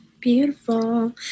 Beautiful